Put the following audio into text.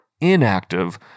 inactive